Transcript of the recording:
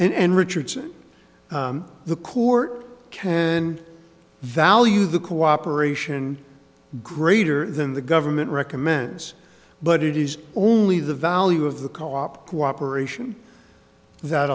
and richardson the court can value the cooperation greater than the government recommends but it is only the value of the co op cooperation that